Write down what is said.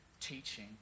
teaching